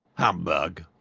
humbug!